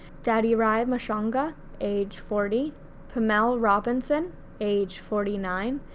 dadirai mashonga age forty pernell robinson age forty nine,